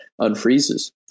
unfreezes